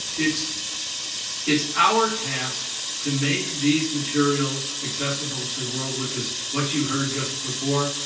it's it's our task to make these materials accessible to the world which is what you heard just before.